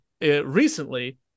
recently